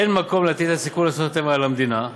אין מקום להטיל את סיכון אסונות טבע על המדינה,